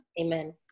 Amen